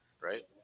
right